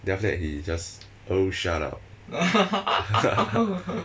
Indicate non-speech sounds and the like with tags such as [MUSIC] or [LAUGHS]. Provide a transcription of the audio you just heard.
then after that he just oh shut up [LAUGHS]